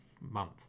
month